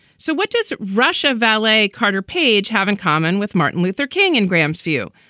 so what does russia valet carter page have in common with martin luther king and graham's view?